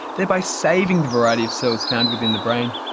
thereby saving the variety of cells found within the brain.